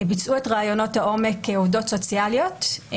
ביצעו את ראיונות העומק עובדות סוציאליות.